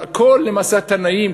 למעשה כל התנאים,